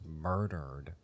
murdered